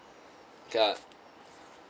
ya